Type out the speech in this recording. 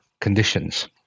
conditions